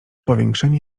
powiększenie